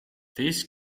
this